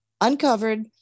uncovered